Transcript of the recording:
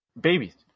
Babies